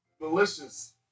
Delicious